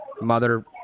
mother –